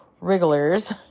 wrigglers